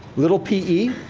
little pe.